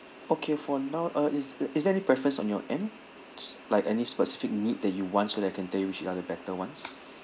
okay for now uh is~ is there any preference on your end like any specific need that you want so that I can tell you which are the better ones